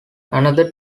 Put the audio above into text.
another